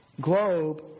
globe